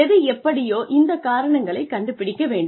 எது எப்படியோ இந்த காரணங்களை கண்டுபிடிக்க வேண்டும்